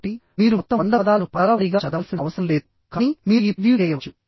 కాబట్టి మీరు మొత్తం 100 పదాలను పదాల వారీగా చదవాల్సిన అవసరం లేదు కానీ మీరు ఈ ప్రివ్యూ చేయవచ్చు